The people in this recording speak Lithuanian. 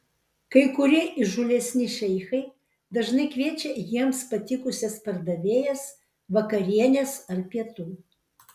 kai kurie įžūlesni šeichai dažnai kviečia jiems patikusias pardavėjas vakarienės ar pietų